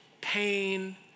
pain